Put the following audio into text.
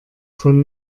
von